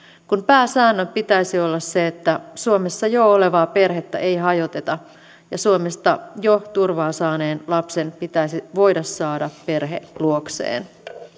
kun pääsäännön pitäisi olla se että suomessa jo olevaa perhettä ei hajoteta ja suomesta jo turvaa saaneen lapsen pitäisi voida saada perhe luokseen